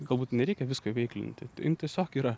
galbūt nereikia visko įveiklinti jin tiesiog yra